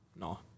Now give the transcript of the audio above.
No